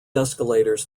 escalators